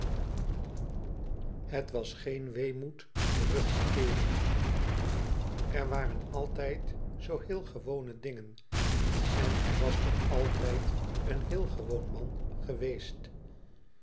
het was geen weemoed terug te keeren er waren altijd zoo heel gewone dingen en hij was toch altijd een heel gewoon man geweest